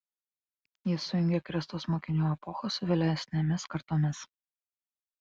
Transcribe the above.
jis sujungė kristaus mokinių epochą su vėlesnėmis kartomis